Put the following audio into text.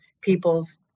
people's